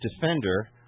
defender